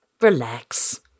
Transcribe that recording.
Relax